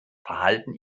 verhalten